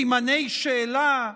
סימני שאלה,